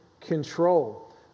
control